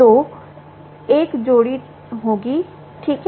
तो एक जोड़ी होगी ठीक है